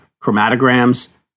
chromatograms